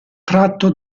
tratto